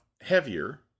heavier